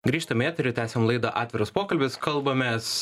grįžtam į eterį tęsiam laidą atviras pokalbis kalbamės